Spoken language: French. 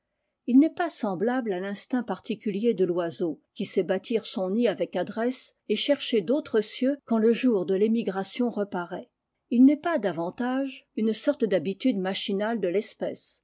il n'est pas semblable à tinstinct particulier de l'oiseau qui sait bâtir son nid avec adresse et chercher d'autres cieux quand le jour de témigration reparaît il n'est pas davantage une sorte d'habitude machinale de l'espèce